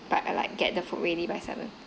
but like get the food ready by seven